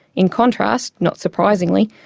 in contrast, not surprisingly,